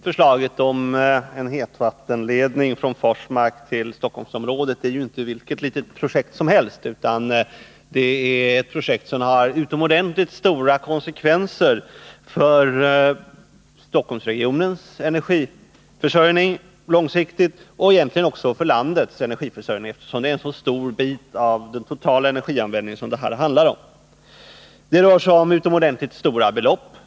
Förslaget om en hetvattenledning från Forsmark till Stockholmsområdet är ju inte vilket litet projekt som helst utan ett projekt som långsiktigt skulle få utomordentligt stora konsekvenser för Stockholmsregionens energiförsörjning och egentligen också för landets energiförsörjning, eftersom det här handlar om en så stor bit av den totala energiförsörjningen. Det rör sig om utomordentligt stora belopp.